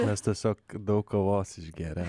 nes tiesiog daug kavos išgerę